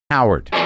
Howard